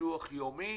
ביטוח יומי,